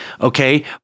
Okay